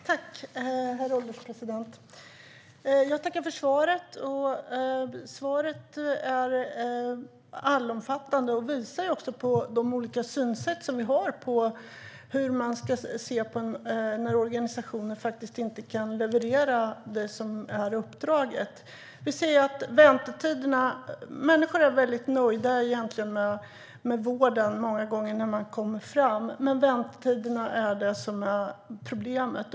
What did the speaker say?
Herr ålderspresident! Jag tackar för svaret. Svaret är allomfattande och visar på de olika synsätt vi har på när organisationer inte kan leverera det som är uppdraget. Människor är egentligen många gånger väldigt nöjda med vården när de kommer fram, men väntetiderna är problemet.